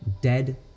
dead